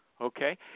okay